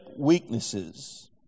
weaknesses